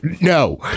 no